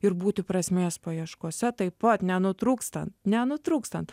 ir būti prasmės paieškose taip pat nenutrūkstat nenutrūkstant